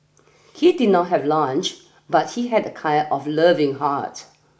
he did not have lunch but he had a kind of loving heart